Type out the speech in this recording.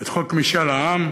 את חוק משאל העם,